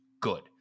good